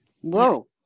Whoa